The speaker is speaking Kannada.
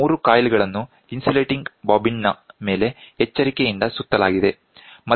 3 ಕಾಯಿಲ್ ಗಳನ್ನು ಇನ್ಸುಲೇಟಿಂಗ್ ಬಾಬಿನ್ನ ಮೇಲೆ ಎಚ್ಚರಿಕೆಯಿಂದ ಸುತ್ತಲಾಗಿದೆ